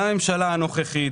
גם הממשלה הנוכחית,